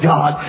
God